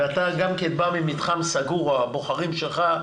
ואתה גם כן בא ממתחם סגור, הבוחרים שלך.